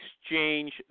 exchange